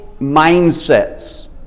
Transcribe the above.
mindsets